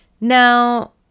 now